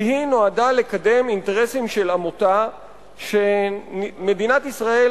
כי היא נועדה לקדם אינטרסים של עמותה שמדינת ישראל,